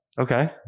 Okay